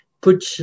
put